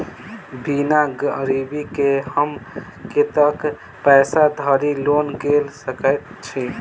बिना गिरबी केँ हम कतेक पैसा धरि लोन गेल सकैत छी?